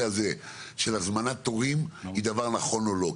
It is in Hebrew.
הזה של הזמנת תורים הוא דבר נכון או לא.